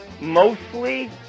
mostly